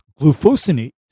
glufosinate